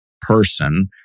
person